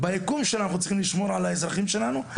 ביקום שלנו אנחנו צריכים לשמור על האזרחים שלנו,